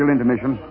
Intermission